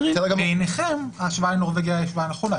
בעיניכם ההשוואה לנורבגיה היא השוואה נכונה,